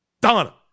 Donna